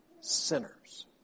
sinners